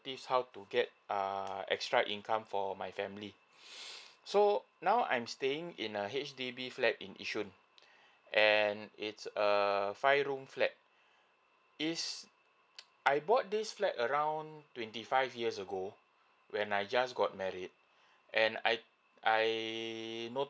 how to get err extra income for my family so now I'm staying in a H_D_B flat in yishun and it's err five room flat is I bought this flat around twenty five years ago when I just got married and I I notice